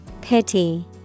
Pity